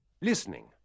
Listening